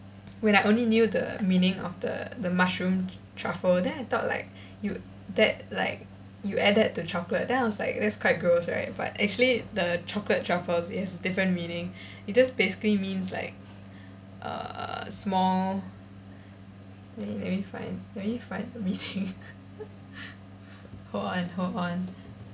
when I only knew the meaning of the the mushroom truffle then I thought like you that like you added to chocolate then I was like that's quite gross right but actually the chocolate truffle it has a different meaning it just basically means like uh small wait let me find let me find the meaning hold on hold on